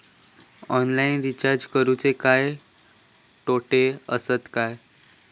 Online recharge करुचे काय तोटे आसत काय?